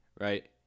right